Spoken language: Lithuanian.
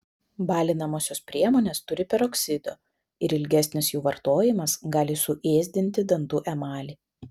balinamosios priemonės turi peroksido ir ilgesnis jų vartojimas gali suėsdinti dantų emalį